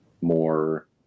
more